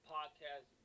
Podcast